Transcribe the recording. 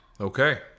okay